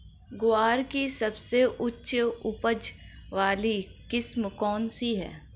ग्वार की सबसे उच्च उपज वाली किस्म कौनसी है?